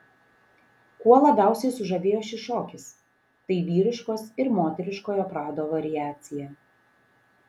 kuo labiausiai sužavėjo šis šokis tai vyriškos ir moteriškojo prado variacija